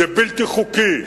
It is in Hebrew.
זה בלתי חוקי,